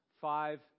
five